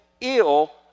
ill